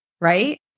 right